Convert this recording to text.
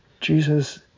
Jesus